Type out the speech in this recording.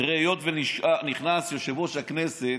תראה, היות שנכנס יושב-ראש הכנסת,